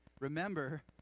Remember